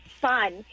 fun